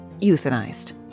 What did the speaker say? euthanized